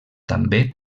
també